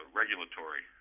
regulatory